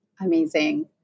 Amazing